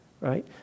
right